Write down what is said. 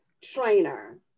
trainer